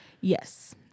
Yes